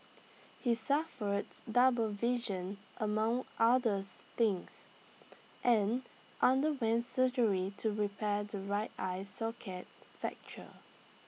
he suffers double vision among others things and underwent surgery to repair the right eye socket fracture